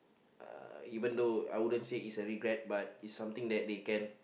uh even though I wouldn't said is a regret but it's something that they can